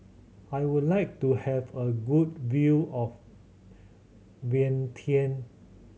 I would like to have a good view of Vientiane